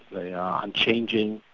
they are unchanging,